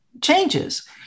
changes